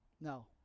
No